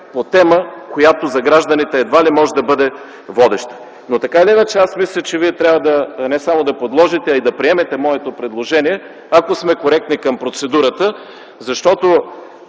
по тема, която за гражданите едва ли може да бъде водеща. Но така или иначе аз мисля, че Вие трябва не само да подложите, а и да приемете моето предложение, ако сме коректни към процедурата, защото...